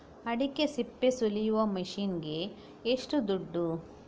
ಅಡಿಕೆ ಸಿಪ್ಪೆ ಸುಲಿಯುವ ಮಷೀನ್ ಗೆ ಏಷ್ಟು ದುಡ್ಡು?